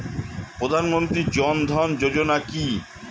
প্রধানমন্ত্রী জনধন যোজনা কি?